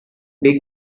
dig